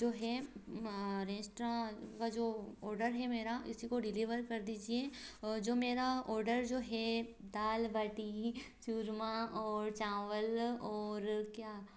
जो है रेस्ट्रौं का जो ऑर्डर है मेरा इसी को डिलेवर कर दीजिए और जो मेरा ऑर्डर जो है दाल बाटी चूरमा और चावल और क्या